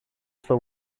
στο